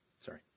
Sorry